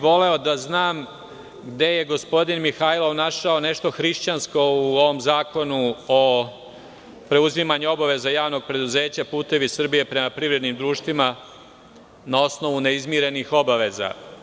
Voleo bih da znam gde je gospodin Mihajlov našao nešto hrišćansko u ovom zakonu o preuzimanju obaveza JP "Putevi Srbije" prema privrednim društvima na osnovu neizmirenih obaveza.